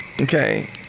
Okay